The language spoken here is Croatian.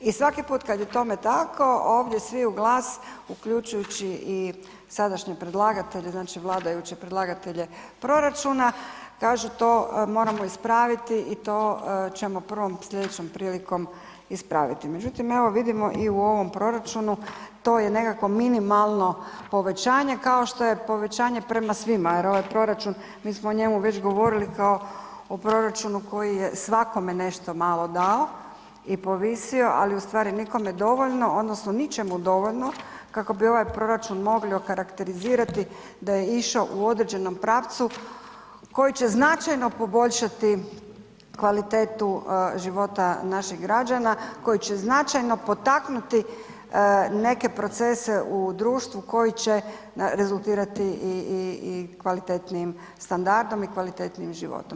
I svaki pit kad je tome tako, ovdje svi u glas uključujući i sadašnjeg predlagatelja, znači vladajuće, predlagatelje proračuna, kaže to moramo ispraviti i to ćemo prvom slijedećom prilikom ispraviti međutim evo vidimo i u ovom proračunu, to je nekako minimalno povećanje kao što je povećanje prema svima je ovaj proračun, mi smo o njemu već govorili kao o proračun koji je svakome nešto malo dao i povisio ali ustvari nikome dovoljno odnosno ničemu dovoljno kako bi ovaj proračun mogli okarakterizirati da je išao u određenom pravcu koji će značajno poboljšati kvalitetu života naših građana, koji će značajno potaknuti neke procese u društvu koji će rezultirati i kvalitetnijim standardom i kvalitetnijim životom.